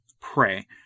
Pray